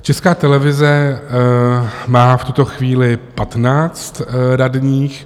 Česká televize má v tuto chvíli 15 radních.